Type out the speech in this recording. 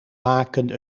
maken